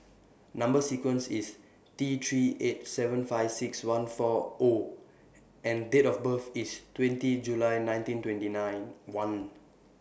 Number sequence IS T three eight seven five six one four O and Date of birth IS twenty July nineteen twenty nine one